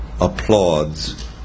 applauds